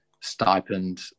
stipend